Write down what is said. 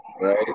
right